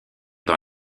dans